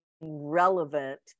relevant